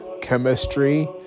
chemistry